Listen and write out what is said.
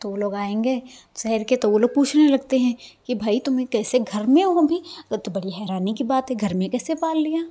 तो वो लोग आएँगे शहर के तो वो लोग पूछने लगते हैं कि भई तुम्हें कैसे घर में हो अभी ये तो बड़ी हैरानी की बात है घर में कैसे पाल लिया